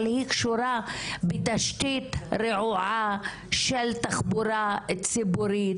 אבל היא קשורה בתשתית רעועה של תחבורה ציבורית,